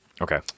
Okay